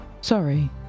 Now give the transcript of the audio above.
Sorry